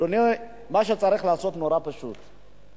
אדוני, מה שצריך לעשות הוא פשוט מאוד.